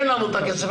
אין לנו את הכסף,